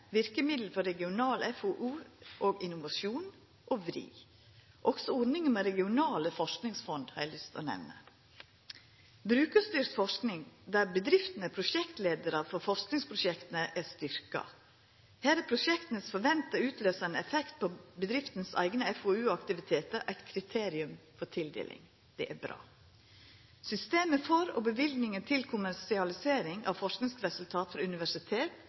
verkemiddel for regional FoU og innovasjon, VRI. Ordninga med regionale forskingsfond har eg òg lyst til å nemna. Brukarstyrt forsking, der bedrifter er prosjektleiarar for forskingsprosjekta, er styrkt. Her er prosjektas forventa utløysande effekt på bedriftas eigen FoU-aktivitet eit kriterium for tildeling. Det er bra. Systemet for og løyvingane til kommersialisering av forskingsresultat frå universitet,